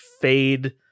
fade